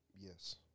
Yes